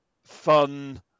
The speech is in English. Fun